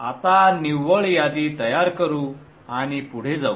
आता निव्वळ यादी तयार करू आणि पुढे जाऊ